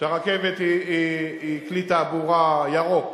שהרכבת היא כלי תעבורה ירוק,